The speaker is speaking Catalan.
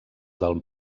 del